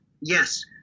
yes